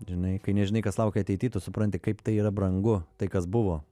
žinai kai nežinai kas laukia ateity tu supranti kaip tai yra brangu tai kas buvo